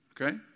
Okay